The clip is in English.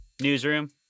Newsroom